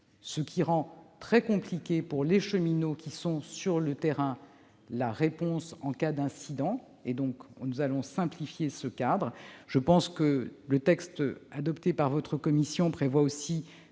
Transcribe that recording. ce qui rend très compliquée pour les cheminots sur le terrain la réponse en cas d'incident. Nous allons donc simplifier ce cadre. Le texte adopté par votre commission prévoit aussi